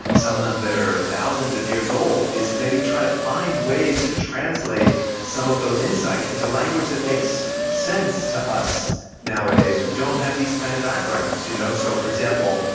some of them that are thousands of years old is maybe try to find ways to translate some of those insights into language that makes sense to us nowadays who don't have these kind of backgrounds you know so for example,